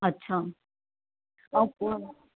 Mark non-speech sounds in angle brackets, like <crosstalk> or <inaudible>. अच्छा <unintelligible>